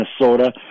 Minnesota